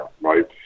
right